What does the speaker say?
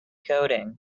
coding